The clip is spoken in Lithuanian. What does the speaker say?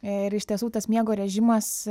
ir iš tiesų tas miego režimas